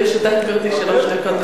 לרשותך, גברתי, שלוש דקות.